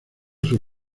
sus